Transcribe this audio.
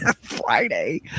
Friday